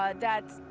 ah that,